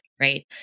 right